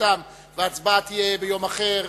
הסתייגותם וההצבעה תהיה ביום אחר,